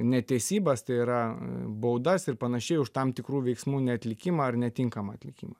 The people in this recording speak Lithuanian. netesybas tai yra baudas ir panašiai už tam tikrų veiksmų neatlikimą ar netinkamą atlikimą